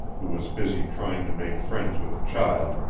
who was busy trying to make friends with the child,